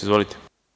Izvolite.